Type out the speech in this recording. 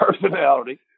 personality